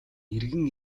эргэн